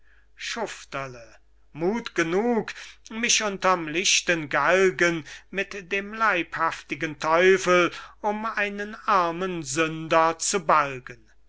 schufterle muth genug mich unterm lichten galgen mit dem leibhaftigen teufel um einen armen sünder zu balgen